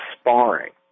sparring